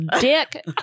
dick